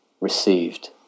received